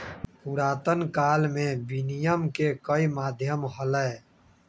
पुरातन काल में विनियम के कई माध्यम हलय